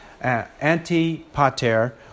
Antipater